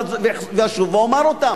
ואשוב ואומר אותן.